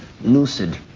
lucid